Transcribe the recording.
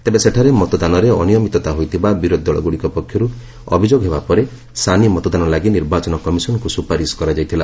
ତେବେ ସେଠାରେ ମତଦାନରେ ଅନୀୟମିତତା ହୋଇଥିବା ବିରୋଧୀ ଦଳଗୁଡ଼ିକ ପକ୍ଷରୁ ଅଭିଯୋଗ ହେବା ପରେ ସାନି ମତଦାନ ଲାଗି ନିର୍ବାଚନ କମିଶନଙ୍କୁ ସ୍ୱପାରିଶ କରାଯାଇଥିଲା